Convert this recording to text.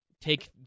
take